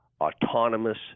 Autonomous